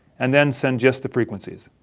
and then send just the frequencies.